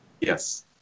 Yes